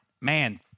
man